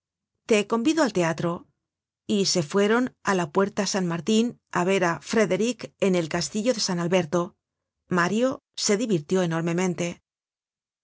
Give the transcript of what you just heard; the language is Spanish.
te convido al teatro y se fueron á la puerta san martin á ver á frederick en el castillo de san alberto mario se divirtió enormemente